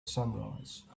sunrise